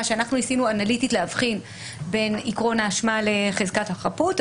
שאנחנו ניסינו אנליטית להבחין בין עיקרון האשמה לחזקת החפות,